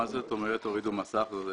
מה זאת אומרת הורידו מסך?